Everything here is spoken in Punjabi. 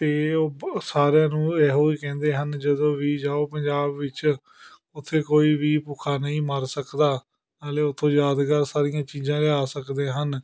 ਅਤੇ ਉਹ ਸਾਰਿਆਂ ਨੂੰ ਇਹੋ ਹੀ ਕਹਿੰਦੇ ਹਨ ਜਦੋਂ ਵੀ ਜਾਓ ਪੰਜਾਬ ਵਿੱਚ ਉੱਥੇ ਕੋਈ ਵੀ ਭੁੱਖਾ ਨਹੀਂ ਮਰ ਸਕਦਾ ਨਾਲੇ ਉੱਥੋਂ ਯਾਦਗਾਰ ਸਾਰੀਆਂ ਚੀਜ਼ਾਂ ਲਿਆ ਸਕਦੇ ਹਨ